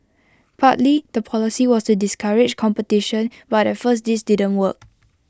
partly the policy was to discourage competition but at first this didn't work